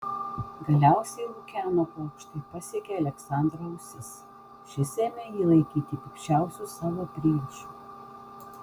galiausiai lukiano pokštai pasiekė aleksandro ausis šis ėmė jį laikyti pikčiausiu savo priešu